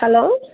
hello